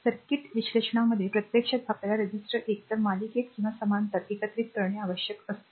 circuit विश्लेषणामध्ये प्रत्यक्षात आपल्याला रेझिस्टर एकतर मालिकेत किंवा समांतर एकत्रित करणे आवश्यक असते